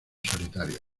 solitario